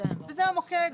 וזה המוקד.